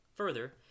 Further